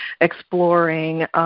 exploring